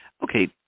Okay